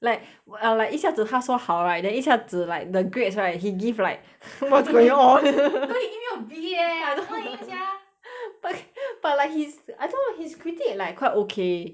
like err like 一下子他说好 right then 一下子 like the grades right he give like what's going on 都没有给我 B eh I don't like him sia but but like he's I thought his critic like quite okay